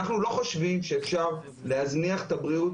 אנחנו לא חושבים שאפשר להזניח את הבריאות,